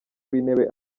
w’intebe